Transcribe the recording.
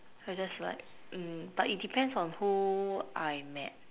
so just like mm but it depends on who I met